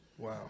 Wow